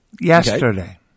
Yesterday